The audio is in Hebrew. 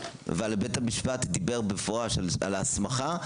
בית המשפט דיבר במפורש על ההסמכה,